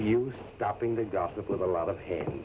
you stopping the gossip with a lot of ha